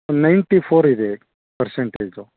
ninety four ಇದೆ percentage